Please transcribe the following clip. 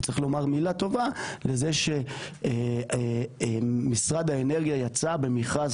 וצריך לומר מילה טובה לזה שמשרד האנרגיה יצא במכרז